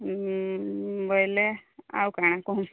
ବୋଇଲେ ଆଉ କାଣା କହୁନ୍